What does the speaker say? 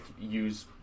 use